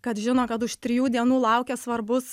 kad žino kad už trijų dienų laukia svarbus